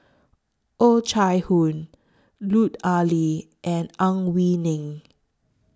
Oh Chai Hoo Lut Ali and Ang Wei Neng